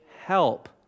help